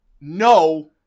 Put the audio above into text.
No